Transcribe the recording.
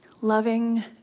Loving